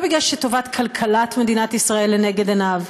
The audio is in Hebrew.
לא מפני שטובת כלכלת ישראל לנגד עיניו.